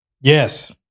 Yes